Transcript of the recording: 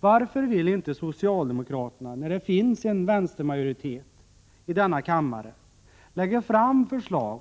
Varför vill inte socialdemokraterna, när det finns en vänstermajoritet i denna kammare, lägga fram förslag